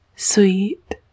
sweet